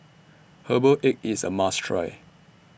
Herbal Egg IS A must Try